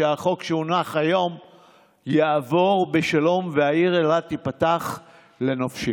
שהחוק שהונח היום יעבור בשלום והעיר אילת תיפתח לנופשים.